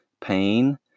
pain